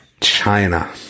China